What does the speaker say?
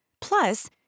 Plus